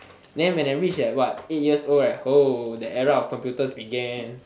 then when I reach like what eight years old right oh the era of computers began